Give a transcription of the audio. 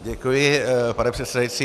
Děkuji, pane předsedající.